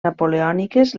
napoleòniques